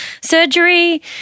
surgery